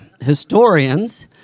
historians